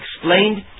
explained